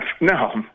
no